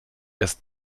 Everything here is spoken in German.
erst